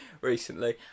recently